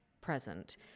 present